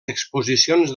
exposicions